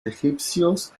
egipcios